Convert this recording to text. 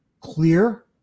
clear